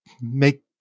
make